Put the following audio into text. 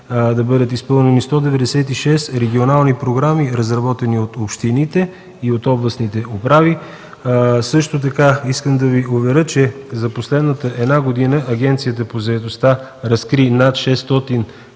да бъдат изпълнени 196 регионални програми, разработени от общините и областните управи. Искам да Ви уверя, че за последната една година Агенцията по заетостта разкри над 600